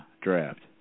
draft